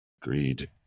Greed